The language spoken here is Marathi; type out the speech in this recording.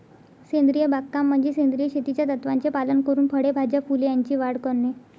सेंद्रिय बागकाम म्हणजे सेंद्रिय शेतीच्या तत्त्वांचे पालन करून फळे, भाज्या, फुले यांची वाढ करणे